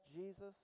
Jesus